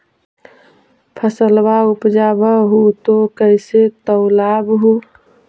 फसलबा उपजाऊ हू तो कैसे तौउलब हो?